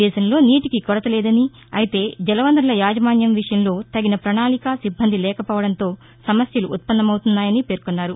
దేశంలో నిటికి కొరత లేదని అయితే జలవనరుల యాజమాన్యం విషయంలో తగిన ప్రణాళిక సిబ్బంది లేకపోవడంతో సమస్యలు ఉత్పన్నమవుతున్నాయని పేర్కొన్నారు